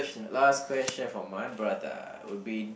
last question for my brother would be